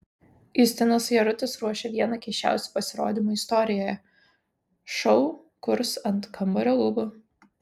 justinas jarutis ruošia vieną keisčiausių pasirodymų istorijoje šou kurs ant kambario lubų